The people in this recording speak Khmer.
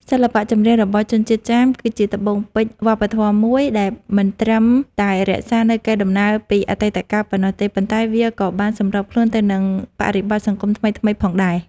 សិល្បៈចម្រៀងរបស់ជនជាតិចាមគឺជាត្បូងពេជ្រវប្បធម៌មួយដែលមិនត្រឹមតែរក្សានូវកេរដំណែលពីអតីតកាលប៉ុណ្ណោះទេ ប៉ុន្តែវាក៏បានសម្របខ្លួនទៅនឹងបរិបទសង្គមថ្មីៗផងដែរ។